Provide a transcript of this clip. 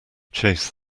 chase